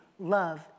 Love